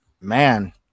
man